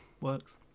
works